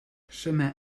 chemin